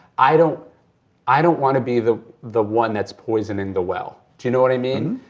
i don't i don't want to be the the one that's poisoning the well, do you know what i mean?